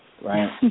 right